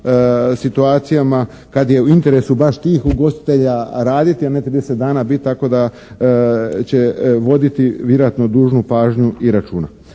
situacijama kad je u interesu baš tih ugostitelja raditi, a ne 30 biti tako da će voditi vjerojatno dužnu pažnju i računa.